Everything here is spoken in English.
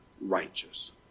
righteous